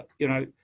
you know,